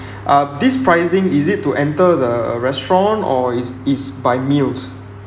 uh this pricing is it to enter the restaurant or is it's by meals